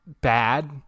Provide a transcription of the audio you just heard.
bad